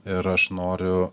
ir aš noriu